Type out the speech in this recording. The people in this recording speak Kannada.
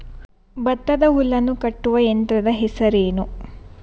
ಭತ್ತದ ಹುಲ್ಲನ್ನು ಕಟ್ಟುವ ಯಂತ್ರದ ಹೆಸರೇನು?